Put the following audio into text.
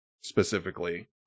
specifically